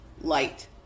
light